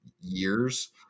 years